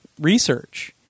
research